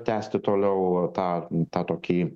tęsti toliau tą tą tokį